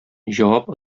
җавап